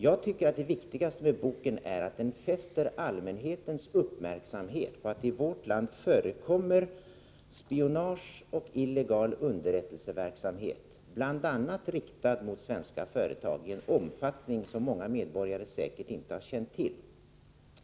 Jag tycker att det viktigaste med boken är att den fäster allmänhetens uppmärksamhet på att det i vårt land förekommer spionage och illegal underrättelseverksamhet, bl.a. riktad mot svenska företag, av en omfattning som många medborgare säkert inte har känt till.